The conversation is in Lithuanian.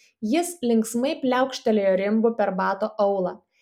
jis linksmai pliaukštelėjo rimbu per bato aulą